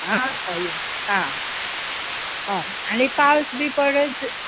आं हय आं आं आनी पावस बी पडत जा